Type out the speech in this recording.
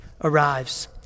arrives